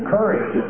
Courage